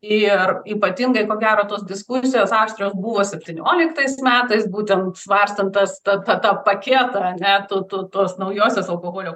ir ypatingai ko gero tos diskusijos aštrios buvo septynioliktais metais būtent svarstant tas tą tą tą paketą ane tų tų tos naujosios alkoholio